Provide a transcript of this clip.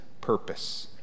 purpose